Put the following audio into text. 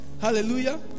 hallelujah